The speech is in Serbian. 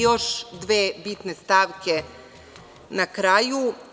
Još dve bitne stavke na kraju.